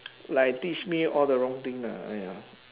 like teach me all the wrong thing lah !aiya!